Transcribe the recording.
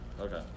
Okay